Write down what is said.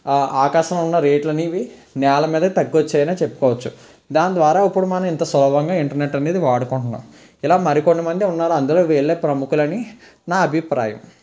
ఆకాశం ఉన్న రేట్లు అనేవి నేల మీద తగ్గి వచ్చాయనే చెప్పుకోవచ్చు దాని ద్వారా ఇప్పుడు మనం ఇంత సులభంగా ఇంటర్నెట్ అనేది వాడుకుంటున్నాం ఇలా మరికొన్నిమంది ఉన్నారు అందులో వీళ్ళే ప్రముఖులని నా అభిప్రాయం